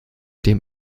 dem